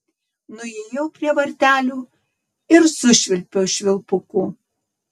nuėjau prie vartelių ir sušvilpiau švilpuku